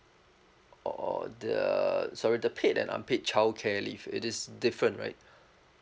or the sorry the paid and unpaid childcare leave it is different right